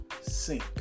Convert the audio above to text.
sink